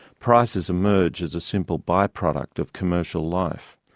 prices emerge as a simple by-product of commercial life.